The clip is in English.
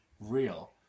real